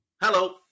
Hello